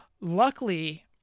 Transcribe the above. Luckily